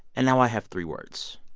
and now i have three words.